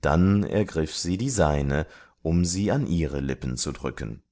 dann ergriff sie die seine um sie an ihre lippen zu drücken